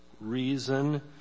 reason